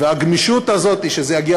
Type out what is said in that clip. והגמישות הזאת, שזה יגיע